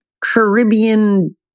Caribbean